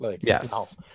Yes